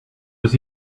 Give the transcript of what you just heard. was